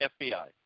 FBI